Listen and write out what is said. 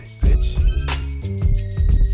bitch